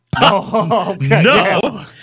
No